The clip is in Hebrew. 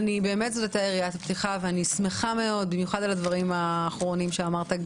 אני שמחה מאוד במיוחד על הדברים האחרונים שאמרת,